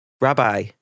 Rabbi